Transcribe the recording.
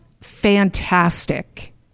fantastic